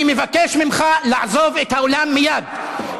אני מבקש ממך לעזוב את האולם מייד.